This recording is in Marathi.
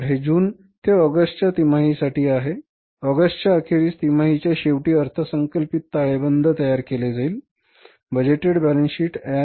तर हे जून ते ऑगस्टच्या तिमाहीसाठी आहे ऑगस्टच्या अखेरीस तिमाहीच्या शेवटी अर्थसंकल्पित ताळेबंद तयार केली जाईल Budgeted balance sheet as at the end of August